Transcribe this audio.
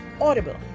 Audible